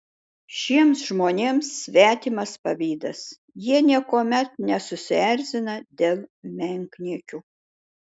šiems žmonėms svetimas pavydas jie niekuomet nesusierzina dėl menkniekių